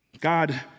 God